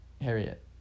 Harriet